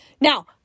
Now